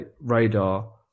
radar